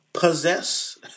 possess